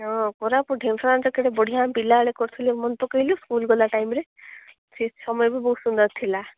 ହଁ କୋରାପୁଟ ନାଚ କେଡ଼େ ବଢ଼ିଆ ପିଲା ଏଳେ କରୁଥୁଲେ ମନେ ପକେଇଲୁ ସ୍କୁଲ୍ ଗଲା ଟାଇମ୍ରେ ସେଇ ସମୟକୁ ବହୁତ ସୁନ୍ଦର ଥିଲା